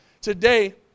Today